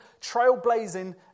trailblazing